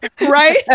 Right